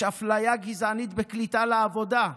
יש אפליה גזענית בקליטה לעבודה.